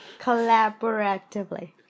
Collaboratively